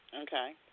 Okay